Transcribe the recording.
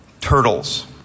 turtles